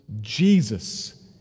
Jesus